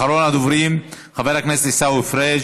אחרון הדוברים, חבר הכנסת עיסאווי פריג'.